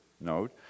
note